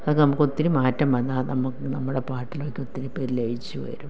അതൊക്കെ നമുക്കൊത്തിരി മാറ്റം വന്നാൽ നമു നമ്മുടെ പാട്ടിലേക്കൊത്തിരി പേര് ലയിച്ചു വരും